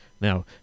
Now